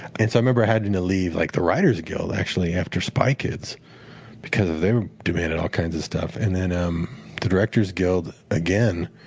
and so i remember having to leave like the writer's guild, actually, after spy kids because they were demanding all kinds of stuff. and then um the director's guild, again,